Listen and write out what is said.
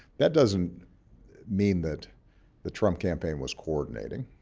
that doesn't mean that the trump campaign was coordinating.